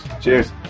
Cheers